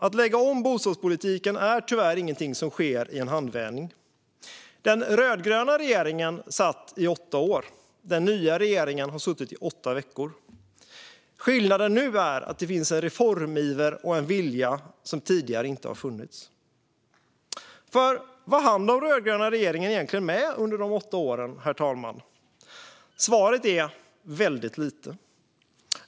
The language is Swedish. Att lägga om bostadspolitiken är dock tyvärr ingenting som sker i en handvändning. Den rödgröna regeringen satt i åtta år. Den nya regeringen har suttit i åtta veckor. Skillnaden är att det nu finns en reformiver och en vilja som tidigare inte har funnits. För vad hann den rödgröna regeringen egentligen med under de åtta åren, herr talman? Svaret är: väldigt lite.